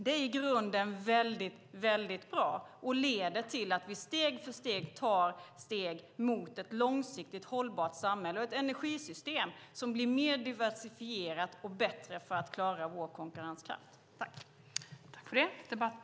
Det är i grunden väldigt bra och leder till att vi steg för steg kommer närmare ett långsiktigt hållbart samhälle och ett energisystem som blir mer diversifierat och bättre när det gäller att klara vår konkurrenskraft.